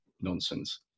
nonsense